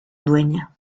dueña